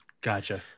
Gotcha